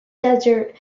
desert